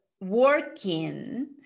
working